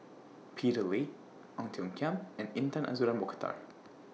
Peter Lee Ong Tiong Khiam and Intan Azura Mokhtar